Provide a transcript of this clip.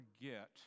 forget